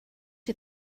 you